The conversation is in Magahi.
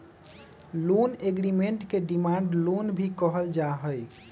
लोन एग्रीमेंट के डिमांड लोन भी कहल जा हई